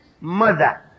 mother